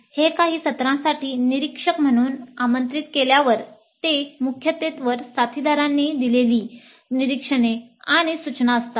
हे काही सत्रासाठी निरीक्षक म्हणून आमंत्रित केल्यावर ते मुख्यत्वेकरून पीअरनी दिलेली निरीक्षणे आणि सूचना असतात